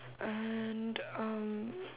and um